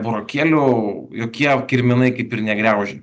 burokėlių jokie kirminai kaip ir negriaužia